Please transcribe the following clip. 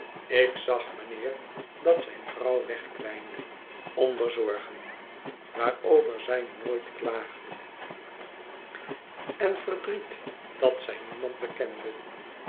ik zag mijnheer dat zijn vrouw wegkwynde onder zorgen waarover zij nooit klaagde en verdriet dat zij niemand bekende